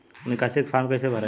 निकासी के फार्म कईसे भराई?